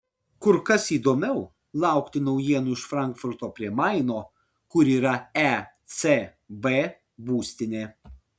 kur kas įdomiau laukti naujienų iš frankfurto prie maino kur yra ecb būstinė